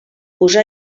posà